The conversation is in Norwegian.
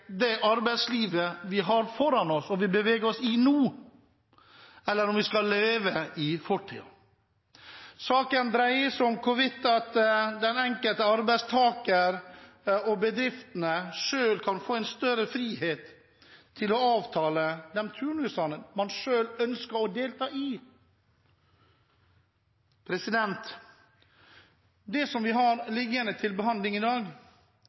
det arbeidslivet vi har foran oss og beveger oss i nå, eller om vi skal leve i fortiden. Saken dreier seg om hvorvidt den enkelte arbeidstaker og bedriftene selv kan få større frihet til å avtale de turnusene man selv ønsker å delta i. Den saken som vi har til behandling i dag,